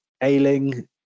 Ailing